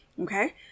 Okay